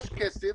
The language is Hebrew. יש כסף,